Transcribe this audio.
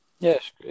Yes